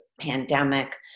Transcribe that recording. pandemic